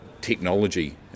technology